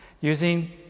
using